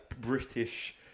British